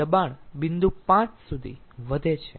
તેથી તે દબાણ બિંદુ 5 સુધી વધે છે